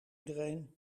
iedereen